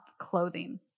clothing